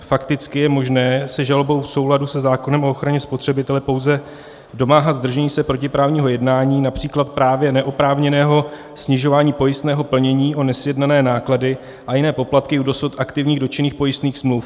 Fakticky je možné se žalobou v souladu se zákonem o ochraně spotřebitele pouze domáhat zdržení se protiprávního jednání, například právě neoprávněného snižování pojistného plnění o nesjednané náklady a jiné poplatky u dosud aktivních dotčených pojistných smluv.